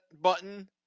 button